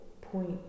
point